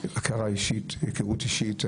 היכרות אישית.